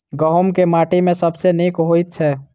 गहूम केँ माटि मे सबसँ नीक होइत छै?